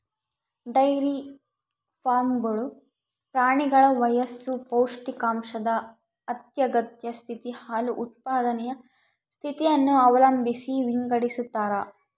dairy ಫಾರ್ಮ್ಗಳು ಪ್ರಾಣಿಗಳ ವಯಸ್ಸು ಪೌಷ್ಟಿಕಾಂಶದ ಅಗತ್ಯತೆ ಸ್ಥಿತಿ, ಹಾಲು ಉತ್ಪಾದನೆಯ ಸ್ಥಿತಿಯನ್ನು ಅವಲಂಬಿಸಿ ವಿಂಗಡಿಸತಾರ